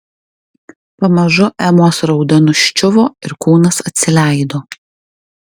pamažu emos rauda nuščiuvo ir kūnas atsileido